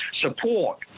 support